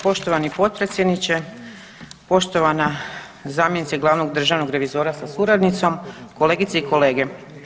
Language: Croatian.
Poštovani potpredsjedniče, poštovana zamjenice glavnog državnog revizora sa suradnicom, kolegice i kolege.